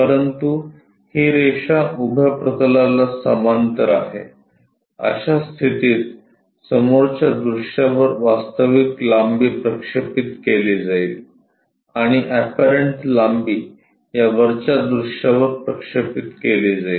परंतु ही रेषा उभ्या प्रतलाला समांतर आहे अशा स्थितीत समोरच्या दृश्यावर वास्तविक लांबी प्रक्षेपित केली जाईल आणि एपरंट लांबी या वरच्या दृश्यावर प्रक्षेपित केली जाईल